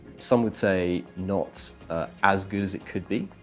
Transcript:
some would say, not as good as it could be.